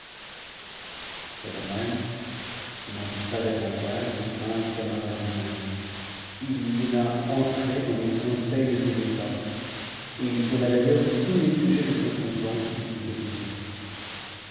scbabzaman n'en dit pas davantage au prince camaralzaman il lui donna entrée dans les conseils de ses états et lui donna d'ailleurs tous les sujets d'être content qu'il pouvait désirer